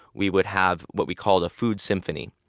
we would have what we called a food symphony,